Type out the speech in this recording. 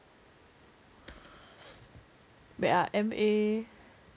wait ah M_A